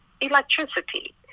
electricity